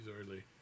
early